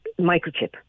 microchip